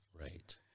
Right